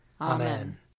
Amen